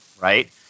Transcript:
right